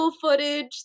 footage